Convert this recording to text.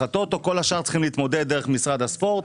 ה-טוטו וכל השאר צריכים להתמודד דרך משרד הספורט.